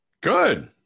Good